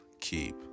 keep